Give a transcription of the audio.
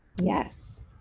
Yes